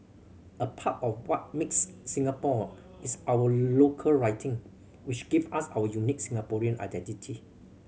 a part of what makes Singaporean is our local writing which give us our unique Singaporean identity